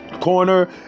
corner